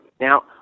Now